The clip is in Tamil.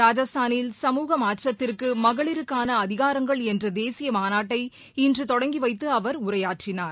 ராஜஸ்தானில் சமூக மாற்றத்திற்கு மகளிருக்கான அதிகாரங்கள் என்ற தேசிய மாநாட்டை இன்று தொடங்கி வைத்து அவர் உரையாற்றினார்